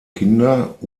kinder